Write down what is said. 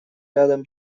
рядом